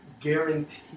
Guarantee